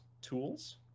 tools